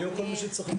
יהיה מה שצריך להיות.